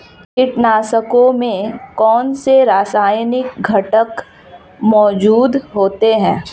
कीटनाशकों में कौनसे रासायनिक घटक मौजूद होते हैं?